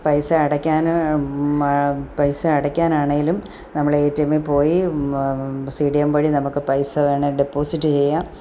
പൈസ അടക്കാനും ആ പൈസ അടക്കാനാണെങ്കിലും നമ്മൾ എ ടി എമ്മിൽ പോയി സി ഡി എം വഴി നമുക്ക് പൈസ വേണേ ഡെപ്പോസിറ്റ് ചെയ്യാം